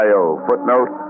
Footnote